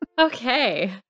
Okay